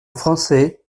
français